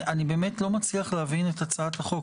אני באמת לא מצליח להבין את הצעת החוק.